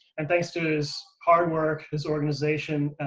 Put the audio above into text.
and thanks to his hard work, his organization,